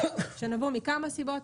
שנבע מכמה סיבות,